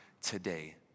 today